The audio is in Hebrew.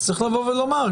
אז צריך לבוא ולומר,